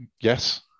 yes